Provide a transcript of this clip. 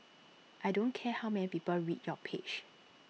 I don't care how many people read your page